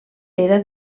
era